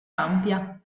ampia